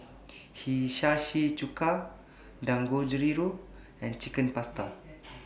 Hiyashi Chuka Dangojiru and Chicken Pasta